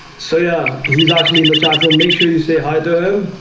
so yeah, he's actually in the chatroom. make sure you say hi to her.